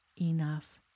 enough